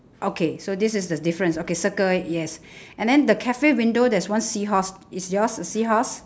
okay so this is the difference okay circle it yes and then the cafe window there's one seahorse is yours a seahorse